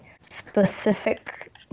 specific